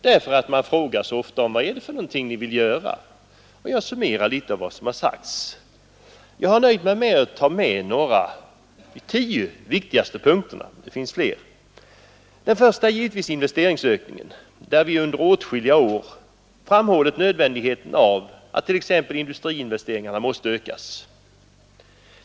Jag har nöjt mig med att erinra om de tio viktigaste punkterna. Det finns flera För det första vill vi givetvis ha en investeringsökning. Vi har under åtskilliga år framhållit nödvändigheten av att t.ex. industriinvesteringar na måste ökas.